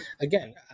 again